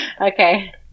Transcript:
Okay